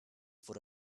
for